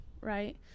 Right